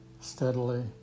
steadily